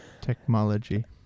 Technology